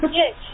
yes